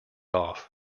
off